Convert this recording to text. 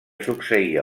succeïa